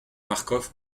marcof